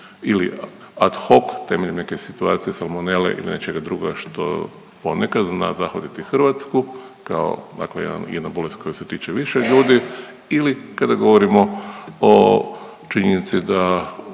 ili ad hoc temeljem neke situacije salmonele ili nečega drugoga što ponekad zna zahvatiti Hrvatsku kao, dakle jedna bolest koja se tiče više ljudi ili kada govorimo o činjenici da